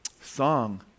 song